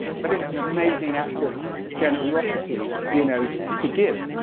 but it's an amazing act of generosity, you know to give.